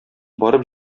барып